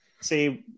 say